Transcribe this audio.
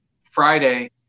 Friday